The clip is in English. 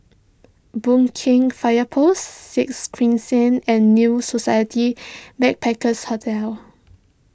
Boon Keng Fire Post Sixth Crescent and New Society Backpackers' Hotel